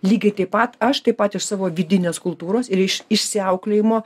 lygiai taip pat aš taip pat iš savo vidinės kultūros ir iš išsiauklėjimo